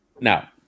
now